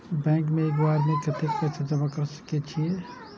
Bank में एक बेर में कतेक पैसा जमा कर सके छीये?